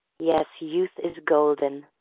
yes, youth is golden,